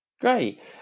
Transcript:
Great